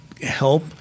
help